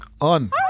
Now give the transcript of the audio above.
on